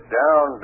down